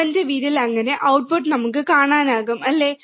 അവന്റെ വിരൽ അങ്ങനെ ഔട്ട്പുട്ട് നമുക്ക് കാണാനാകും അല്ലേ